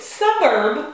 suburb